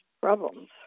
problems